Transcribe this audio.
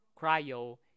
cryo